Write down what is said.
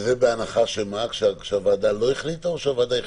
זה בהנחה שהוועדה לא החליטה או שהוועדה החליטה?